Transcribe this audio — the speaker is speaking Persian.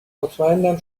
مطمیئنم